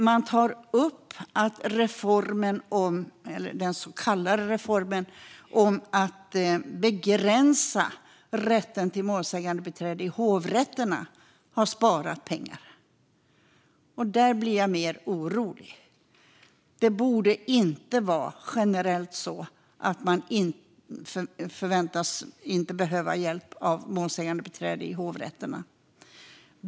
Man tar upp att den så kallade reformen om att begränsa rätten till målsägandebiträde i hovrätterna har sparat pengar. Där blir jag mer orolig. Det borde inte generellt vara så att man inte förväntas behöva hjälp av målsägandebiträde i hovrätterna.